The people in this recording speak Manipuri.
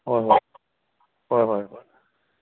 ꯍꯣꯏ ꯍꯣꯏ ꯍꯣꯏ ꯍꯣꯏ ꯍꯣꯏ